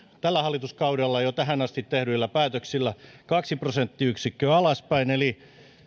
tällä hallituskaudella jo tähän asti tehdyillä päätöksillä kaksi prosenttiyksikköä alaspäin eli